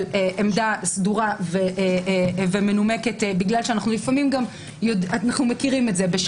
עמדה סדורה ומנומקת כי אנו מכירים את זה,